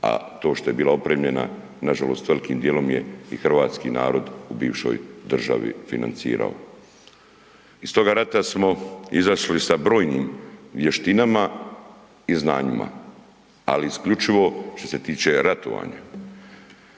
a to što je bila opremljena nažalost velikim dijelom je i hrvatski narod u bivšoj državi financirao. Iz toga rata smo izašli sa brojnim vještinama i znanjima, ali isključivo što se tiče ratovanja.